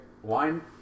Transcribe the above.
wine